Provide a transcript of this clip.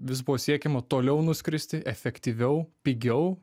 vis buvo siekiama toliau nuskristi efektyviau pigiau